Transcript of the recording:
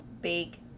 big